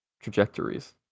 Trajectories